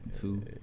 two